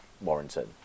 Warrington